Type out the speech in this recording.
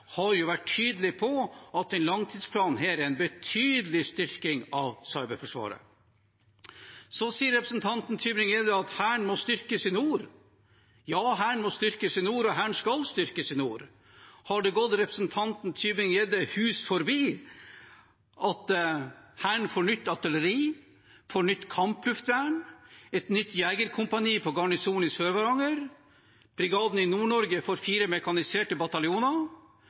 vært tydelig på at denne langtidsplanen er en betydelig styrking av Cyberforsvaret. Så sier representanten Tybring-Gjedde at Hæren må styrkes i nord. Ja, Hæren må styrkes i nord, og Hæren skal styrkes i nord. Har det gått representanten Tybring-Gjedde hus forbi at Hæren får nytt artilleri, får nytt kampluftvern, et nytt jegerkompani på Garnisonen i Sør-Varanger, at Brigaden i Nord-Norge får fire mekaniserte bataljoner